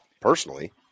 personally